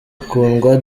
kundwa